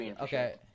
okay